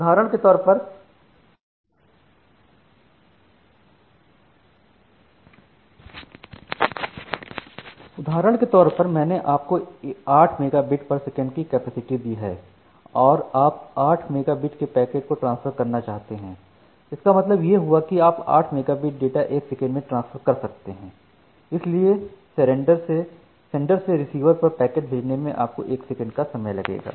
उदाहरण के तौर पर मैंने आपको 8 मेगा बिट पर सेकंड की कैपेसिटी दी है और आप 8 मेगा बिट के पैकेट को ट्रांसफर करना चाहते हैं इसका मतलब यह हुआ कि आप 8 मेगा बिट डाटा एक सेकंड में ट्रांसफर कर सकते हैं इसलिए सेंडर से रिसीवर पर पैकेट भेजने में आपको 1 सेकंड का समय लगेगा